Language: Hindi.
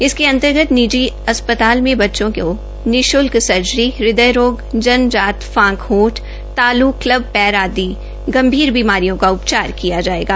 इसके अंतर्गत निजी अस्पताल मे बच्चों को निश्ल्क सर्जरी हद्वय रोग जन्मजात फांक होंठ ताल् कल्ब पैर इत्यादि गंभीर बीमारियों का उपचार किया जायेगा